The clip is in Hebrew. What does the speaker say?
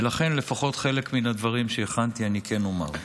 ולכן לפחות חלק מן הדברים שהכנתי אני כן אומר.